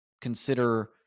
consider